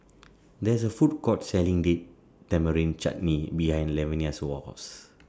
There IS A Food Court Selling Date Tamarind Chutney behind Lavenia's House